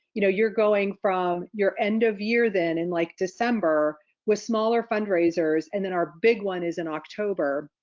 you know you're going from your end of year then in like december with smaller fundraisers, and then our big one is in october.